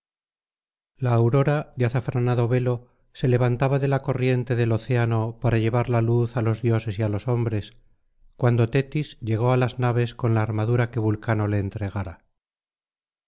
la aurora de azafranado velo se levantaba de la corriente del océano para llevar la luz á los dioses y á los hombres cuando tetis llegó á las naves con la armadura que vulcano le entregara